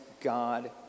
God